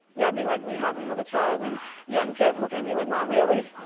yeah be like me having another child and young kev looking at me like, mom, really?